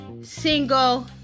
single